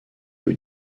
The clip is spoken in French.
aux